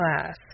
class